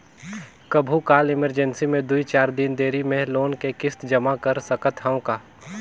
कभू काल इमरजेंसी मे दुई चार दिन देरी मे लोन के किस्त जमा कर सकत हवं का?